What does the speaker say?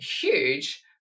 huge